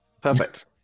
Perfect